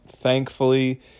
Thankfully